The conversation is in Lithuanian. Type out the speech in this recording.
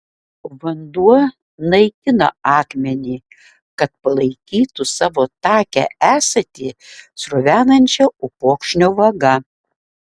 vanduo naikina akmenį kad palaikytų savo takią esatį sruvenančią upokšnio vaga